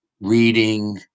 reading